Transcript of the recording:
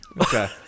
Okay